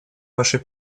вашей